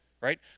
right